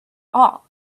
all